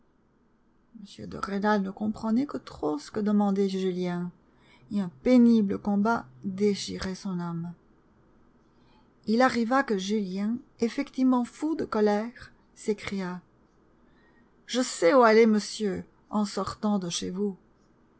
m de rênal ne comprenait que trop ce que demandait julien et un pénible combat déchirait son âme il arriva que julien effectivement fou de colère s'écria je sais où aller monsieur en sortant de chez vous